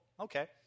Okay